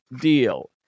deal